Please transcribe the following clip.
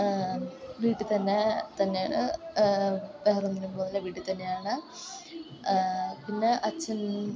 വീട്ടിൽ തന്നെ തന്നെയാണ് വേറെ ഒന്നിനും പോകുന്നില്ല വീട്ടിൽ തന്നെയാണ് പിന്നെ അച്ഛൻ